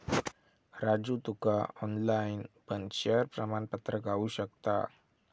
राजू तुका ऑनलाईन पण शेयर प्रमाणपत्र गावु शकता